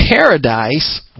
paradise